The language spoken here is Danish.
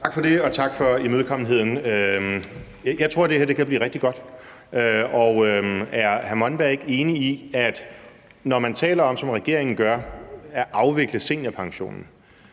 Tak for det, og tak for imødekommenheden. Jeg tror, at det her kan blive rigtig godt. Er hr. Thomas Monberg ikke enig i, at når man, som regeringen gør, taler om at afvikle seniorpensionen,